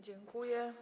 Dziękuję.